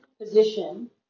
position